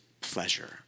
pleasure